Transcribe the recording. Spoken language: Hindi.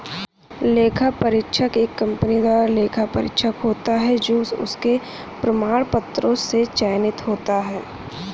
लेखा परीक्षक एक कंपनी द्वारा लेखा परीक्षक होता है जो उसके प्रमाण पत्रों से चयनित होता है